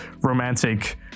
romantic